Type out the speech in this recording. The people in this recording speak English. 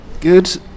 Good